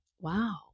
Wow